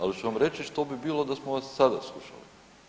Ali ću vam reći što bi bilo da smo vas sada slušali.